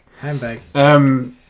handbag